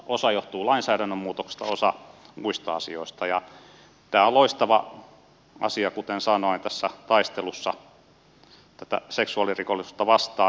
osa johtuu lainsäädännön muutoksesta osa muista asioista ja tämä on loistava asia kuten sanoin taistelussa tätä seksuaalirikollisuutta vastaan